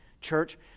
church